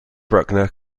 bruckner